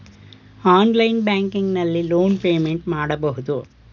online banking ನಲ್ಲಿ loan payment ಮಾಡಬಹುದು